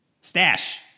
Stash